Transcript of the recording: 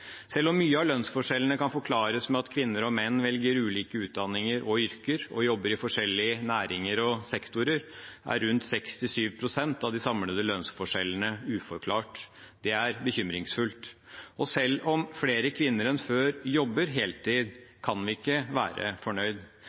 Selv om mye av lønnsforskjellene kan forklares med at kvinner og menn velger ulike utdanninger og yrker og jobber i forskjellige næringer og sektorer, er rundt 6–7 pst. av de samlede lønnsforskjellene uforklart. Det er bekymringsfullt. Selv om flere kvinner enn før jobber heltid, kan vi ikke være fornøyd.